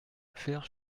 fère